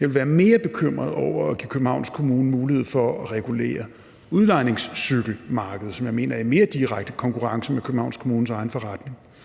Jeg ville være mere bekymret for at give Københavns Kommune mulighed for at regulere cykeludlejningsmarkedet, som jeg mener er i mere direkte konkurrence med Københavns Kommunes egen forretning.